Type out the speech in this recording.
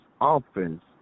offense